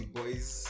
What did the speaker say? boys